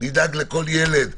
נדאג לכל ילד,